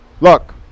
Look